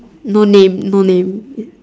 no name no name